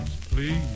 please